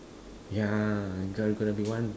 ya g~ gonna be one